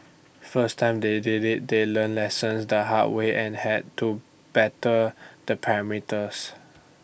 first time they did IT they learnt lessons the hard way and had to better the parameters